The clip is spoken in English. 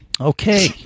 okay